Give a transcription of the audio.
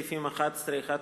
סעיפים 11(1),